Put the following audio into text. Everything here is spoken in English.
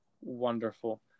wonderful